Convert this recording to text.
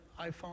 iPhone